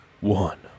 one